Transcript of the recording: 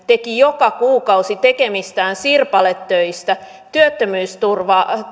teki joka kuukausi tekemistään sirpaletöistä työttömyysturvaa